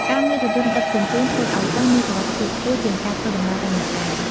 ការមានរថយន្តដឹកជញ្ជូនធ្វើឱ្យសិស្សមានសុវត្ថិភាពខ្ពស់ជាងការធ្វើដំណើរតែម្នាក់ឯង។